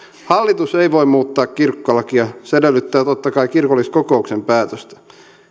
hallitus ei voi muuttaa kirkkolakia vaan se edellyttää totta kai kirkolliskokouksen päätöstä